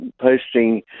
posting